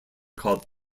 called